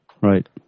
Right